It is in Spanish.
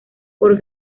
por